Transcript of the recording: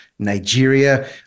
Nigeria